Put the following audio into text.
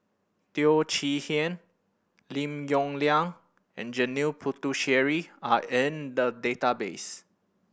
Teo Chee Hean Lim Yong Liang and Janil Puthucheary are in the database